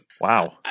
Wow